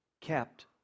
kept